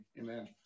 amen